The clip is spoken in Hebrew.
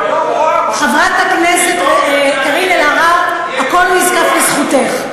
והיום, חברת הכנסת קארין אלהרר, הכול נזקף לזכותך.